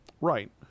Right